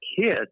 kids